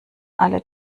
alle